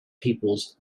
peoples